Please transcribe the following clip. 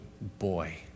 boy